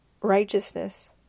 righteousness